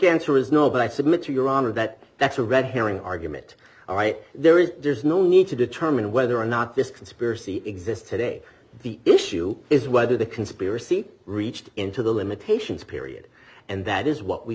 answer is no but i submit to your honor that that's a red herring argument all right there is there's no need to determine whether or not this conspiracy exists today the issue is whether the conspiracy reached into the limitations period and that is what we